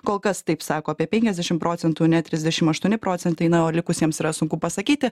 kol kas taip sako apie penkiasdešim procentų ne trisdešim aštuoni procentai na o likusiems yra sunku pasakyti